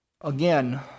Again